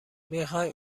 میخوای